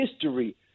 history